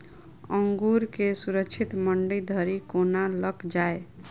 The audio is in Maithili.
अंगूर केँ सुरक्षित मंडी धरि कोना लकऽ जाय?